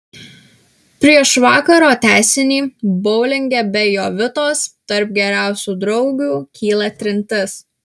prieš vakaro tęsinį boulinge be jovitos tarp geriausių draugių kyla trintis